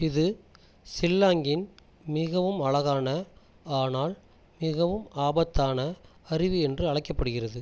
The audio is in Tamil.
இது ஷில்லாங்கின் மிகவும் அழகான ஆனால் மிகவும் ஆபத்தான அருவி என்று அழைக்கப்படுகிறது